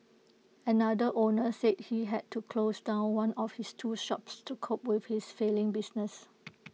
another owner said he had to close down one of his two shops to cope with his failing business